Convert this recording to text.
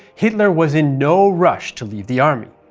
hitler was in no rush to leave the army.